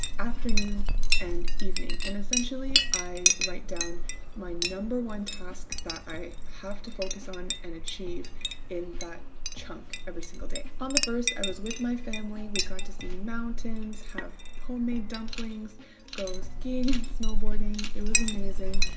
afternoon and evening. and essentially i write down my number one task that i have to focus on and achieve in that chunk every single day. on the first i was with my family. we got to see mountains, have homemade dumplings, go skiing and snowboarding, it was amazing.